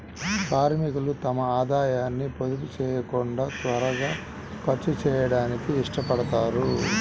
కార్మికులు తమ ఆదాయాన్ని పొదుపు చేయకుండా త్వరగా ఖర్చు చేయడానికి ఇష్టపడతారు